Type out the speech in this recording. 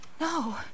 No